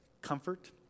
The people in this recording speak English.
comfort